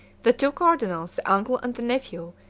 the two cardinals, the uncle and the nephew,